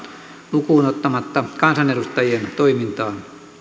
lukuun ottamatta kansanedustajien toimintaa